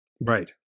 Right